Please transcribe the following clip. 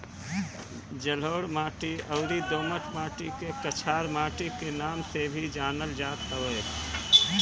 जलोढ़ माटी अउरी दोमट माटी के कछार माटी के नाम से भी जानल जात हवे